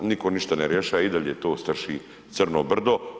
Nitko ništa ne rješava i dalje to strši crno brdo.